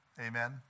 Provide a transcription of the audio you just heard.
Amen